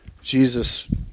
Jesus